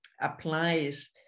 applies